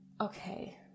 okay